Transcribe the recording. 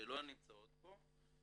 שלא נמצאות פה.